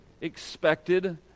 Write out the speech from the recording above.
expected